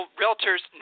realtors